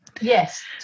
Yes